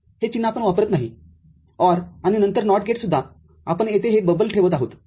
हे चिन्ह आपण वापरत नाही OR आणि नंतर NOT गेटसुद्धा आपण येथे हे बबल ठेवत आहोत